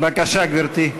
בבקשה, גברתי.